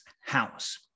house